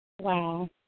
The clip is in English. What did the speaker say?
Wow